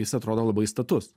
jis atrodo labai status